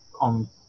on